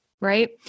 Right